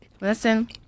Listen